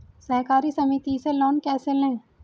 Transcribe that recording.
सहकारी समिति से लोन कैसे लें?